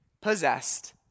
possessed